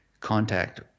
contact